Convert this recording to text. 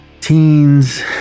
teens